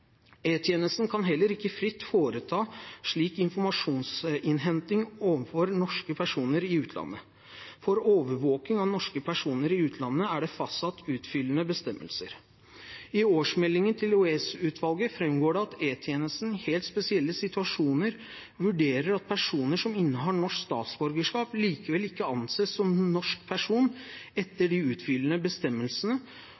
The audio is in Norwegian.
kan heller ikke fritt foreta slik informasjonsinnhenting overfor norske personer i utlandet. For overvåking av norske personer i utlandet er det fastsatt utfyllende bestemmelser. I årsmeldingen til EOS-utvalget framgår det at E-tjenesten i helt spesielle situasjoner vurderer at personer som innehar norsk statsborgerskap, likevel ikke anses som norsk person